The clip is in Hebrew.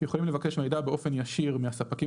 יכולים לבקש מידע באופן ישיר מהספקים